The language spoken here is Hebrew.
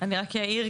אני רק אעיר,